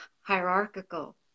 hierarchical